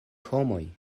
homoj